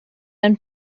ein